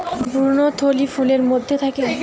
ভ্রূণথলি ফুলের মধ্যে থাকে